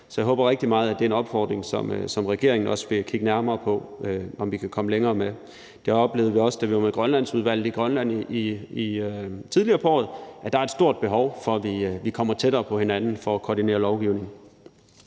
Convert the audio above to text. Så jeg håber rigtig meget, at det er en opfordring, som regeringen også vil kigge nærmere på om vi kan komme længere med. Det oplevede vi også, da vi var med Grønlandsudvalget i Grønland tidligere på året, nemlig at der er et stort behov for, at vi kommer tættere på hinanden for at koordinere lovgivning.